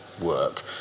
work